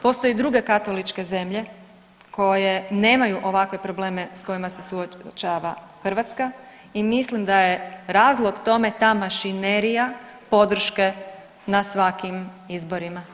Postoje druge katoličke zemlje koje nemaju ovakve probleme s kojima se suočava Hrvatska i mislim da je razlog tome ta mašinerija podrške na svakim izborima.